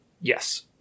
Yes